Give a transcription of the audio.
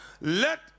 Let